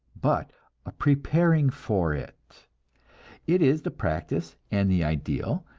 but a preparing for it it is the practice and the ideal,